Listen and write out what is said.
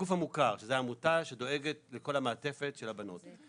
לגוף המוכר שזה עמותה שדואגת לכל המעטפת של הבנות.